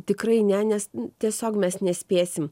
tikrai ne nes tiesiog mes nespėsim